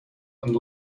and